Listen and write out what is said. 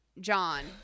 John